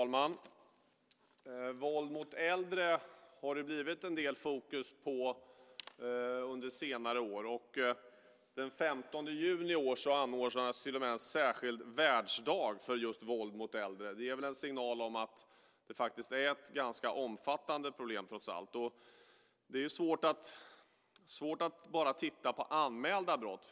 Herr talman! Det har blivit en del fokus på våld mot äldre under senare år. Den 15 juni i år anordnas en särskild världsdag om våld mot äldre. Det är väl en signal om att det är ett omfattande problem, trots allt. Det är svårt att titta bara på anmälda brott.